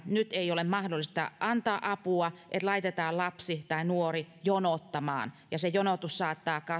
nyt ei ole mahdollista antaa apua että laitetaan lapsi tai nuori jonottamaan ja se jonotus saattaa